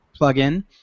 plugin